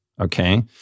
okay